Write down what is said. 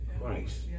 Christ